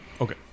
Okay